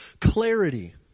clarity